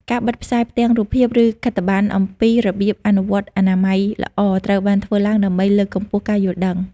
ការបិទផ្សាយផ្ទាំងរូបភាព ឬខិត្តប័ណ្ណអំពីរបៀបអនុវត្តអនាម័យល្អ ត្រូវបានធ្វើឡើងដើម្បីលើកកម្ពស់ការយល់ដឹង ។